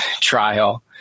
trial